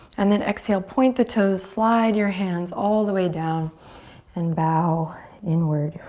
and then exhale, point the toes, slide your hands all the way down and bow inward.